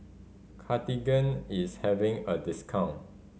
Cartigain is having a discount